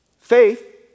Faith